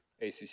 ACC